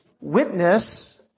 witness